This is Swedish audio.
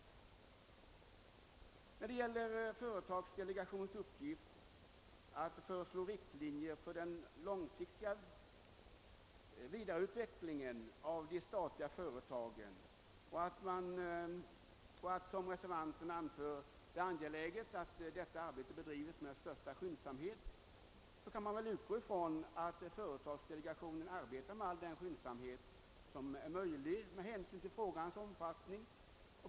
Reservanterna anför att det är angeläget att företagsdelegationens arbete med att föreslå riktlinjer för den långsiktiga vidareutvecklingen av de statliga företagen bedrivs med största skyndsamhet. Vi kan väl utgå från att företagsdelegationen arbetar med all den skyndsamhet som är möjlig med hänsyn till frågornas omfattning.